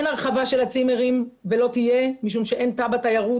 אין הרחבה של הצימרים ולא תהיה משום שאין יותר תב"ע תיירות